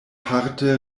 parte